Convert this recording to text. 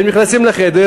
הם נכנסים לחדר,